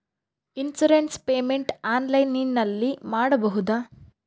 Insurance payment ಆನ್ಲೈನಿನಲ್ಲಿ ಮಾಡಬಹುದಾ?